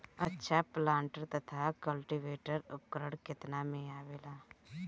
अच्छा प्लांटर तथा क्लटीवेटर उपकरण केतना में आवेला?